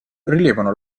rilevano